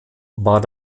war